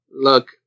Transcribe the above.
Look